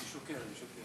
אני שוקל, אני שוקל.